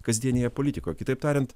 kasdienėje politikoje kitaip tariant